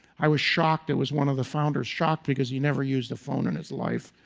i was shocked it was one of the founders, shocked because he never used a phone in his life.